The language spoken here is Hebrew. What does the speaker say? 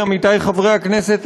עמיתי חברי הכנסת,